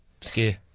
Ski